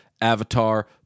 avatar